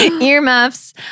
Earmuffs